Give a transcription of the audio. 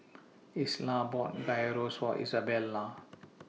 Isla bought Gyros For Izabella